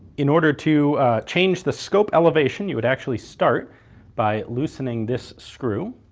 in order to change the scope elevation you would actually start by loosening this screw,